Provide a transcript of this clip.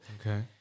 okay